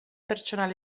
pertsonal